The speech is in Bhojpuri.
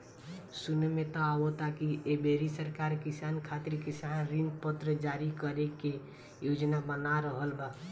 सुने में त आवता की ऐ बेरी सरकार किसान खातिर किसान ऋण पत्र जारी करे के योजना बना रहल बा